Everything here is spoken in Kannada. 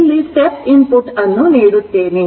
ಇಲ್ಲಿ step input ಅನ್ನು ನೀಡುತ್ತೇನೆ